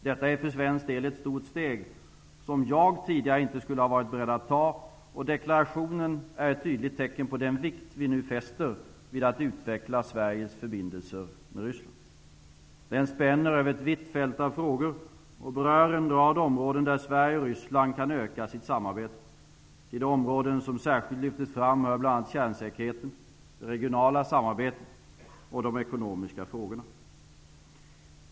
Detta är för svensk del ett stort steg som jag tidigare inte skulle ha varit beredd att ta, och deklarationen är ett tydligt tecken på den vikt som vi nu fäster vid att utveckla Deklarationen spänner över ett vitt fält av frågor och berör en rad områden där Sverige och Ryssland kan öka sitt samarbete. Till de områden som särskilt lyfts fram hör bl.a. kärnsäkerheten, det regionala samarbetet och de ekonomiska frågorna.